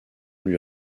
lui